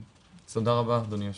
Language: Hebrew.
תודה רבה אדוני היו"ר.